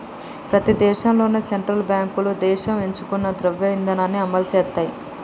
ప్రతి దేశంలోనూ సెంట్రల్ బ్యాంకులు దేశం ఎంచుకున్న ద్రవ్య ఇధానాన్ని అమలు చేత్తయ్